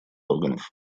органов